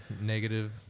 negative